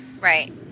Right